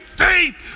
faith